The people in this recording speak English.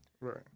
Right